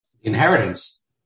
Inheritance